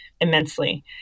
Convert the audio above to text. immensely